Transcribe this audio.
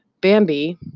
Bambi